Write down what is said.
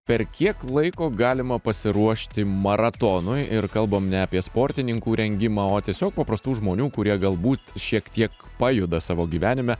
per kiek laiko galima pasiruošti maratonui ir kalbam ne apie sportininkų rengimą o tiesiog paprastų žmonių kurie galbūt šiek tiek pajuda savo gyvenime